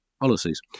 policies